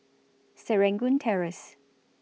Serangoon Terrace